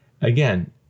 again